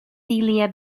celia